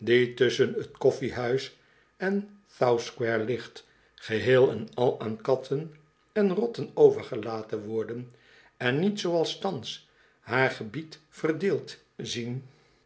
t koffiehuis en south square ligt geheel en al aan katten en rotten overgelaten worden en niet zooals thans haar gebied verdeeld zien